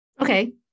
Okay